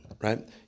right